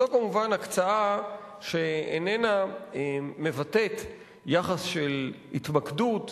זאת כמובן הקצאה שאיננה מבטאת יחס של התמקדות,